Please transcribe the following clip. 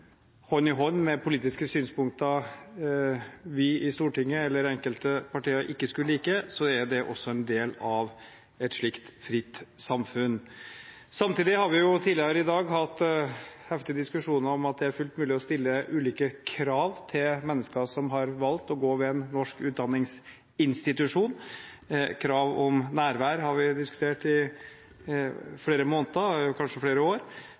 hånd i hånd med politiske synspunkter vi i Stortinget, eller enkelte partier, ikke skulle like, er det også en del av et slikt fritt samfunn. Samtidig har vi jo tidligere i dag hatt heftige diskusjoner om hvorvidt det er fullt mulig å stille ulike krav til mennesker som har valgt å gå ved en norsk utdanningsinstitusjon. Krav om nærvær har vi diskutert i flere måneder, kanskje flere år,